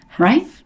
right